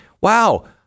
wow